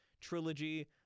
trilogy